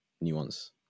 nuance